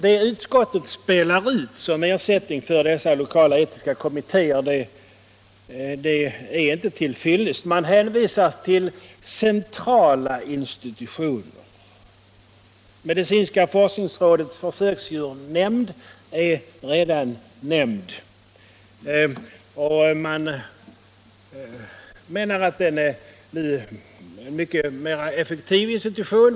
Det utskottet spelar ut som ersättning för dessa lokala etiska kommittéer är inte till fyllest. Man hänvisar till centrala institutioner. Medicinska forskningsrådets försöksdjursnämnd är redan omnämnd. Man menar att den institutionen nu är mycket mer effektiv än tidigare.